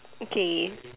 okay